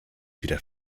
wieder